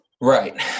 Right